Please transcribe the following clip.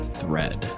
thread